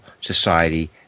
society